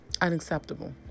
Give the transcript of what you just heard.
Unacceptable